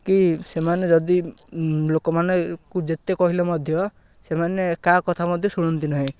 କି ସେମାନେ ଯଦି ଲୋକମାନଙ୍କୁ ଯେତେ କହିଲେ ମଧ୍ୟ ସେମାନେ କାହା କଥା ମଧ୍ୟ ଶୁଣନ୍ତି ନାହିଁ